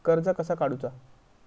कर्ज कसा काडूचा?